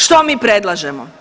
Što mi predlažemo?